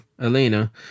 Elena